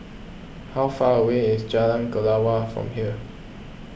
how far away is Jalan Kelawar from here